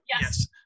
Yes